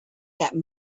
that